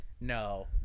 No